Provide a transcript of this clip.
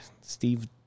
Steve